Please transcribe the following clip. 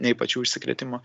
nei pačių užsikrėtimų